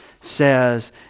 says